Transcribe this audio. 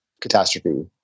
catastrophe